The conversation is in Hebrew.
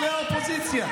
האופוזיציה?